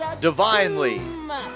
Divinely